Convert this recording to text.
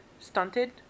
stunted